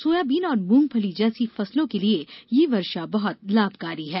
soybean और मूंगफली जैसी फसलों के लिए यह वर्षा बहुत लाभकारी है